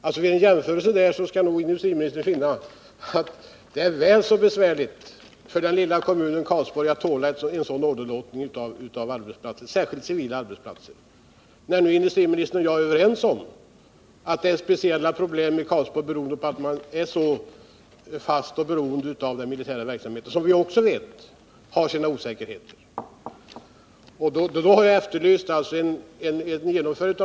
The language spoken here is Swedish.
Vid en sådan jämförelse skall nog industriministern finna att det är väl så besvärligt för den lilla kommunen Karlsborg att tåla en sådan åderlåtning av civila arbetsplatser. Industriministern och jag är ju överens om att Karlsborg har speciella problem på grund av att man där är så beroende av den militära verksamheten, som ju också kan vara osäker.